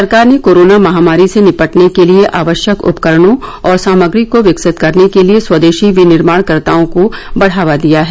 सरकार ने कोरोना महामारी से निपटने के लिए आवश्यक उपकरणों और सामग्री को विकसित करने के लिए स्वदेशी विनिर्माणकर्ताओं को बढ़ावा दिया है